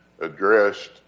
addressed